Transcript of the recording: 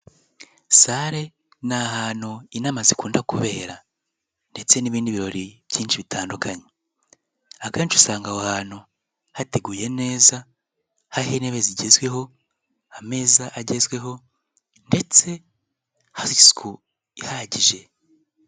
Sale ni ahantu inama zikunda kuberara ndetse n'ibindi birori byinshi bitandukanye, akenshi usanga aho hantu hateguye neza hariho intebe zigezweho, ameza agezweho ndetse hari isuku ihagije.